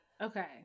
Okay